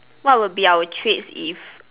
what would be our traits if